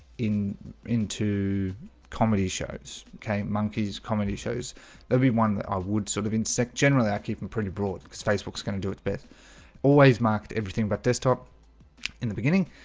in into comedy shows okay monkeys comedy shows everyone that i would sort of insect generally i keep them pretty broad because facebook's going to do its beth always marked everything about but desktop in the beginning